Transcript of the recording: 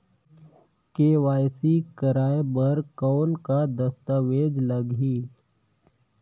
KYC कराय बर कौन का दस्तावेज लगही?